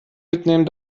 mitnehmen